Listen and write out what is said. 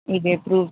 me blood group